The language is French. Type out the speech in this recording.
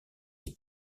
est